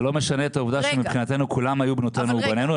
זה לא משנה את העובדה שמבחינתנו כולם היו בנותינו ובנינו,